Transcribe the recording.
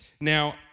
Now